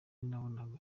nabonaga